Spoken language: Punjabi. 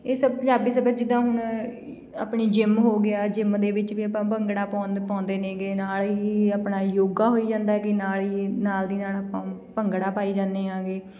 ਇਹ ਸਭ ਪੰਜਾਬੀ ਸੱਭਿਆ ਜਿੱਦਾਂ ਹੁਣ ਆਪਣੀ ਜਿਮ ਹੋ ਗਿਆ ਜਿਮ ਦੇ ਵਿੱਚ ਵੀ ਆਪਾਂ ਭੰਗੜਾ ਪਾਉਣ ਪਾਉਂਦੇ ਨੇਗੇ ਨਾਲ ਹੀ ਆਪਣਾ ਯੋਗਾ ਹੋਈ ਜਾਂਦਾ ਕਿ ਨਾਲ ਹੀ ਨਾਲ ਦੀ ਨਾਲ ਆਪਾਂ ਭੰਗੜਾ ਪਾਈ ਜਾਂਦੇ ਆਗੇ